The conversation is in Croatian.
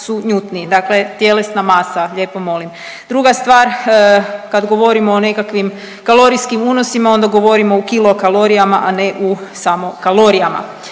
su njutni, dakle tjelesna masa lijepo molim. Druga stvar, kad govorimo o nekakvim kalorijskim unosima onda govorimo u kilokalorijama, a ne u samo kalorijama,